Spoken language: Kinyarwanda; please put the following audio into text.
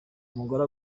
umugore